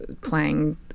playing